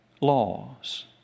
laws